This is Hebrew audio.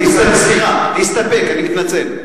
להסתפק, אני מתנצל.